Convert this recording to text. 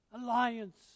Alliance